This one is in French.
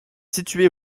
situé